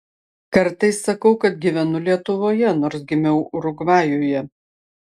kartais sakau kad gyvenu lietuvoje nors gimiau urugvajuje